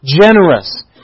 generous